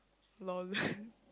lol